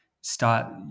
start